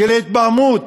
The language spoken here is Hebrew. של התבהמות